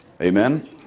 Amen